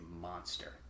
monster